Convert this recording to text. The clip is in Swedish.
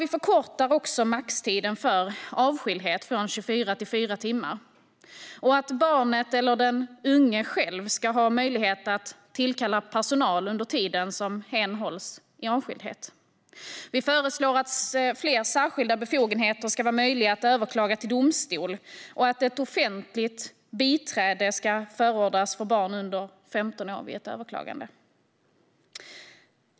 Vi förkortar också maxtiden för avskildhet från 24 till 4 timmar och föreslår att barnet eller den unga själv ska ha möjlighet att tillkalla personal under tiden som hen hålls i avskildhet. Vi föreslår att fler särskilda befogenheter ska vara möjliga att överklaga till domstol och att ett offentligt biträde ska förordnas för barn under 15 år vid ett överklagande.